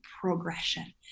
progression